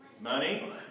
Money